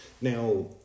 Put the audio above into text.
Now